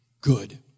good